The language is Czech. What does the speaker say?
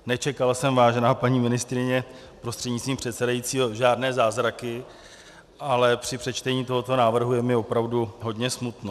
Nečekal jsem, vážená paní ministryně prostřednictvím pana předsedajícího, žádné zázraky, ale při přečtení tohoto návrhu je mi opravdu hodně smutno.